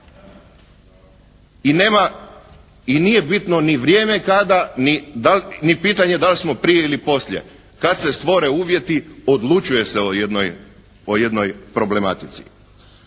i nije bitno ni vrijeme kada, ni pitanje da li smo prije ili poslije. Kad se stvore uvjeti odlučuje se o jednoj problematici.